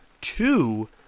two